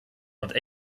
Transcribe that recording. und